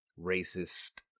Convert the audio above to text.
racist